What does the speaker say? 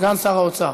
סגן שר האוצר.